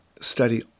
study